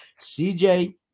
CJ